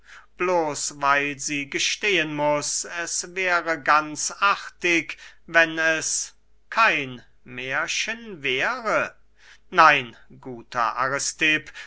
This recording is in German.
bloß weil sie gestehen muß es wäre ganz artig wenn es kein mährchen wäre nein guter